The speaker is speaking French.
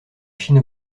chine